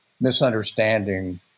misunderstanding